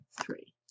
three